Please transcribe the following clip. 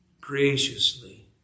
graciously